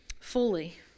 fully